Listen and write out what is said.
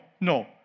no